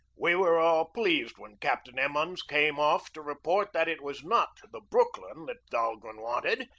we were all pleased when captain emmons came off to report that it was not the brooklyn that dahlgren wanted,